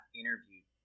interviewed